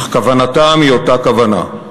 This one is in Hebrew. אך כוונתם היא אותה כוונה,